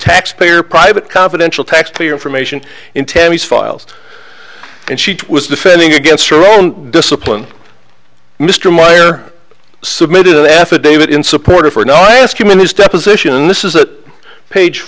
taxpayer private confidential taxpayer information in tammy's files and she was defending against her own discipline mr meyer submitted an f a david in support of her now i ask him in his deposition this is a page